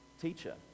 Teacher